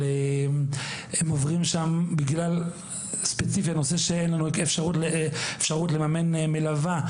בגלל שאין לנו אפשרות לממן מלווה,